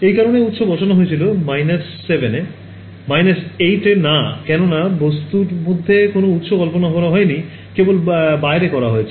এই কারনেই উৎস বসানো হয়েছিল 7 এ 8 এ না কেননা বস্তুর মধ্যে কোন উৎস কল্পনা করা হয় নি কেবল বাইরে করা হয়েছে